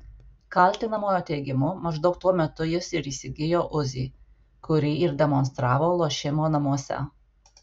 kaltinamojo teigimu maždaug tuo metu jis ir įsigijo uzi kurį ir demonstravo lošimo namuose